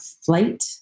flight